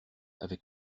avec